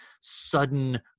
sudden